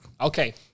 okay